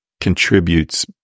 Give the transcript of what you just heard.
contributes